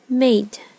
made